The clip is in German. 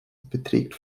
beträgt